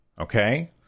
okay